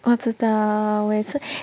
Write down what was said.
我知道我也是